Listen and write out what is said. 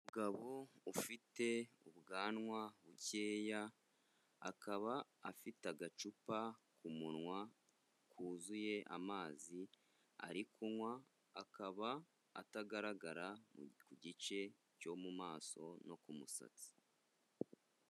Umugabo ufite ubwanwa bukeya, akaba afite agacupa ku munwa kuzuye amazi ari kunywa, akaba atagaragara ku gice cyo mu maso no ku musatsi.